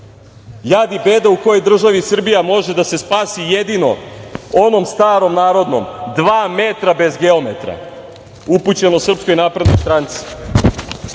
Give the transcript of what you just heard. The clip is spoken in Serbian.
i beda u kojoj državi Srbija može da se spasi, jedino onom starom narodnom - dva metra bez geometra", upućeno Srpskoj naprednoj stranci. Poziv